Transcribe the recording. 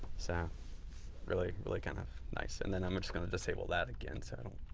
so really, really kind of nice. and then i'm just going to disable that again. so